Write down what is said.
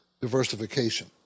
diversification